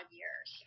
years